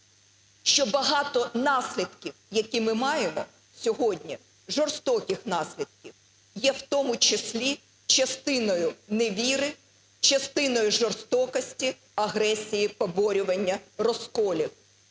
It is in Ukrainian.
що багато наслідків, які ми маємо сьогодні, жорстоких наслідків, є в тому числі частиною невіри, частиною жорстокості, агресії, поборювання, розколів.